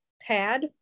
pad